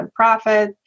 nonprofit